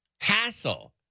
Hassle